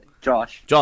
Josh